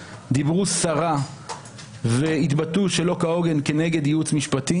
דיברו סרה והתבטאו לא בהוגנות כנגד ייעוץ משפטי,